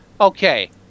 okay